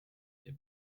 the